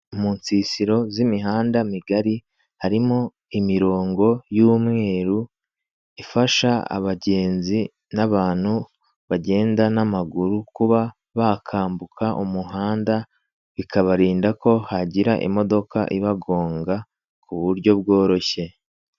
Mu nsisiro z'imihanda migari harimo imirongo y'umweru ifasha abagenzi n'abantu bagenda n'amaguru kuba bakambuka umuhanda bikabarinda ko hagira imodoka ibagonga ku buryo bworoshye.